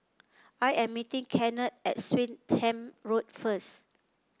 I am meeting Kennard at Swettenham Road first